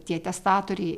tie testatoriai